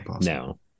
No